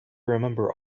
remember